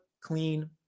clean